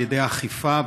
לאכיפה,